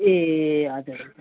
ए हजुर